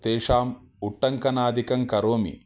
तेषाम् उट्टङ्कनादिकं करोमि